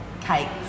cakes